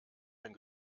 den